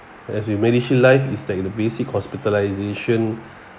as you medishield life is like the basic hospitalization